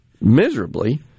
miserably